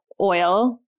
oil